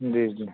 جی جی